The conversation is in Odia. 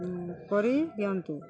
କରିଦିଅନ୍ତୁ